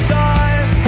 time